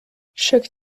chaque